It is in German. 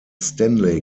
stanley